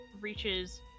reaches